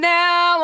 now